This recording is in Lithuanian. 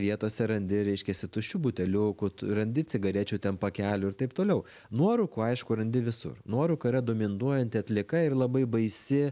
vietose randi reiškiasi tuščių buteliukų randi cigarečių ten pakelių ir taip toliau nuorūkų aišku randi visur nuorūka yra dominuojanti atlieka ir labai baisi